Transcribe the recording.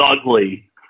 ugly